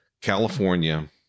california